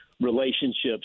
Relationships